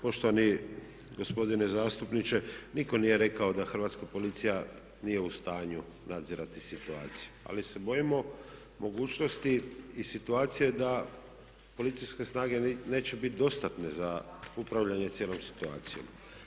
Poštovani gospodine zastupniče, nitko nije rekao da hrvatska policija nije u stanju nadzirati situaciju ali se bojimo mogućnosti i situacije da policijske snage neće biti dostatne za upravljanje cijelom situacijom.